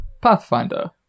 Pathfinder